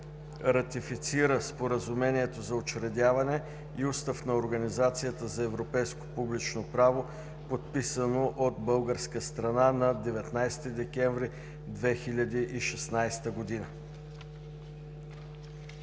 Ратифицира Споразумението за учредяване и Устав на Организацията за европейско публично право, подписано от българска страна на 19 декември 2016 г.“